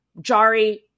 Jari